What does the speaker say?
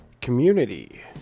community